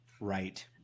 Right